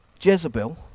Jezebel